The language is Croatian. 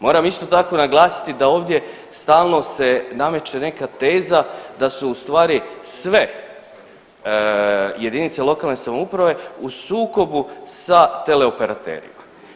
Moram isto tako naglasiti da ovdje stalno se nameće neka teza da su ustvari sve jedinice lokalne samouprave u sukobu sa teleoperaterima.